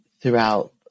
throughout